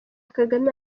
kagame